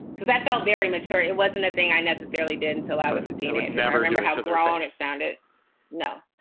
because i felt very mature. it wasn't a thing i necessarily did until i was eighteen. i would never, ever have to their own it sounded no,